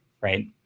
right